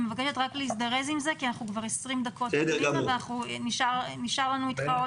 אני מבקשת רק להזדרז עם זה כי נשארו לנו איתך רק